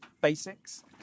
basics